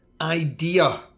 idea